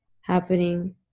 happening